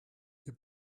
ihr